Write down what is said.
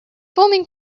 forming